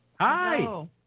Hi